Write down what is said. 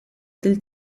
del